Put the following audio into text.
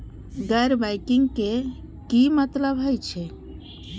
गैर बैंकिंग के की मतलब हे छे?